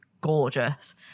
gorgeous